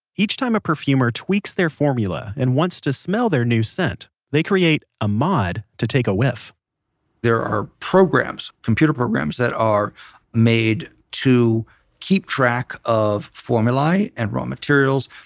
each time a perfumer tweaks their formula and wants to smell their new scent they create a mod to take a whiff there are programs, computer programs, that are made to keep track of formuli, and raw materials,